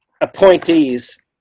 appointees